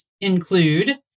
include